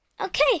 Okay